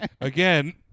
Again